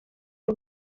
rwe